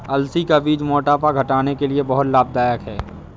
अलसी का बीज मोटापा घटाने के लिए बहुत लाभदायक है